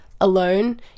alone